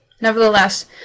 Nevertheless